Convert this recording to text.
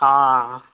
ହଁ